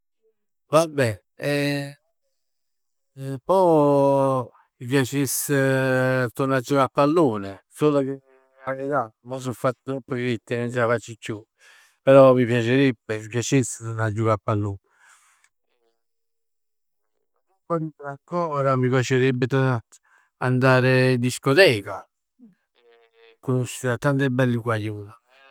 Vabbè eh, vabbè eh pò m' piacess, turnà giocà a pallone, solo che t' dico 'a verità, mo so fatto troppo viecchio e nun c' 'a faccio chiù. Però mi piacerebbe, mi piacerebbe turnà a jucà a pallon. Eh nel tempo libero ancora mi piacerebbe andare in discoteca e conoscere a tanti belli guaglione.